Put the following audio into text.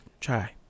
try